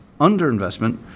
underinvestment